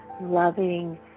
loving